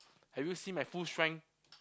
have you seen my full strength